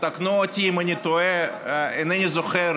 ותקנו אותי אם אני טועה, אינני זוכר